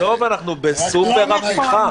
עזוב, אנחנו בסופר אכיפה.